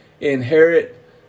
inherit